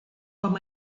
com